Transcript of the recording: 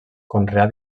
conreà